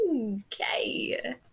okay